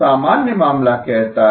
सामान्य मामला कहता है